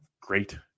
great